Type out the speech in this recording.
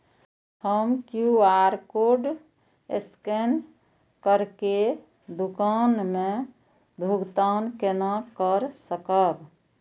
हम QR code scan करके दुकान में भुगतान केना कर सकब?